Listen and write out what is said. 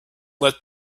let